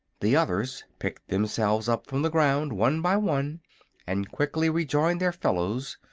the others picked themselves up from the ground one by one and quickly rejoined their fellows,